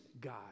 God